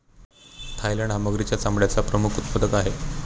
Thailand हा मगरीच्या चामड्याचा प्रमुख उत्पादक आहे